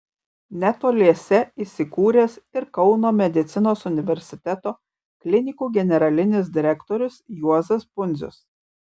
netoliese įsikūręs ir kauno medicinos universiteto klinikų generalinis direktorius juozas pundzius